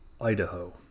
Idaho